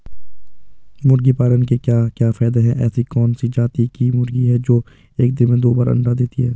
मुर्गी पालन के क्या क्या फायदे हैं ऐसी कौन सी जाती की मुर्गी है जो एक दिन में दो बार अंडा देती है?